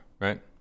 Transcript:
right